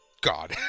God